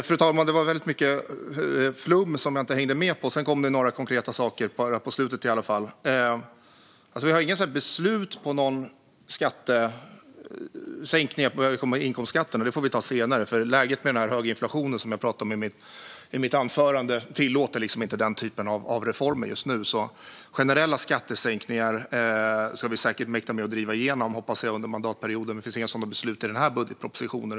Fru talman! Det var väldigt mycket flum som jag inte hängde med på. Sedan kom det några konkreta saker på slutet i alla fall. Vi har inga beslut om några sänkningar av inkomstskatten. Det får vi ta senare, för läget med den höga inflationen, som jag pratade om i mitt anförande, tillåter inte den typen av reformer just nu. Generella skattesänkningar ska vi säkert, hoppas jag, mäkta med att driva igenom under mandatperioden, men det finns inga sådana beslut i den här budgetpropositionen.